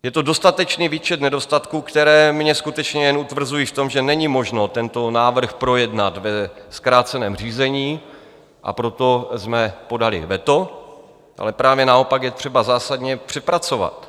Je to dostatečný výčet nedostatků, které mě skutečně jen utvrzují v tom, že není možno tento návrh projednat ve zkráceném řízení, a proto jsme podali veto, ale právě naopak je třeba zásadně přepracovat.